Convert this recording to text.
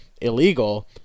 illegal